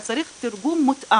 אז צריך תרגום מותאם.